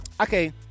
Okay